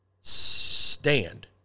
stand